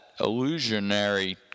illusionary